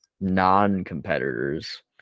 non-competitors